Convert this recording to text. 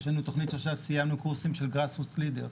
ויש לנו עכשיו תוכנית של Grassroots Leaders.